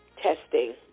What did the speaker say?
testing